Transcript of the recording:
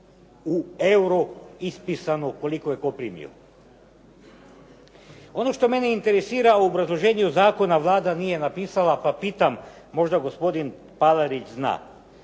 U euru ispisano koliko je tko primio. Ono što mene interesira a u obrazloženju zakona Vlada nije napisala pa pitam možda gospodin Palarić zna